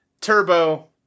Turbo